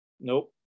Nope